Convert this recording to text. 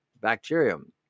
bacterium